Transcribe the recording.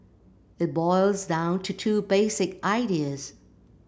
it boils down to two basic ideas